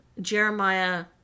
Jeremiah